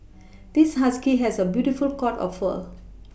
this husky has a beautiful coat of fur